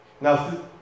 Now